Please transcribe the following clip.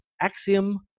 Axiom